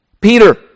Peter